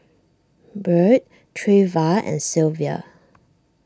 Byrd Treva and Sylvia